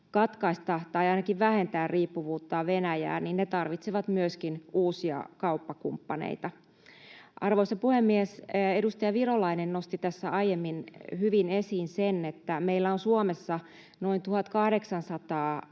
tai ainakin vähentää riippuvuuttaan Venäjään, ne tarvitsevat myöskin uusia kauppakumppaneita. Arvoisa puhemies! Edustaja Virolainen nosti tässä aiemmin hyvin esiin sen, että meillä on Suomessa noin 1 800